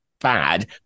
bad